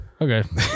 okay